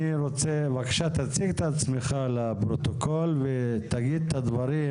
בבקשה תציג את עצמך לפרוטוקול ותגיד את הדברים